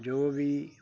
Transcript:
ਜੋ ਵੀ